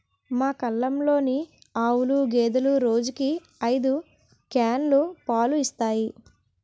మా కల్లంలోని ఆవులు, గేదెలు రోజుకి ఐదు క్యానులు పాలు ఇస్తాయి